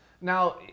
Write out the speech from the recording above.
Now